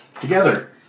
together